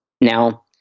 Now